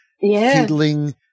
fiddling